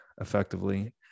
effectively